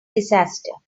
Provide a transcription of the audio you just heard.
disaster